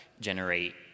generate